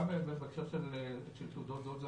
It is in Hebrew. גם בהקשר של תעודות זהות.